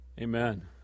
Amen